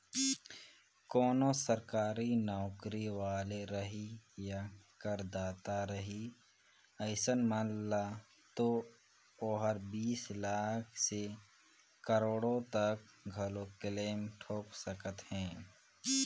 कोनो सरकारी नौकरी वाले रही या करदाता रही अइसन मन ल तो ओहर बीस लाख से करोड़ो तक घलो क्लेम ठोक सकत हे